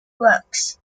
works